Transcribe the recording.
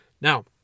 Now